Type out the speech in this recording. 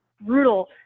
brutal